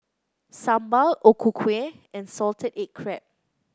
sambal O Ku Kueh and Salted Egg Crab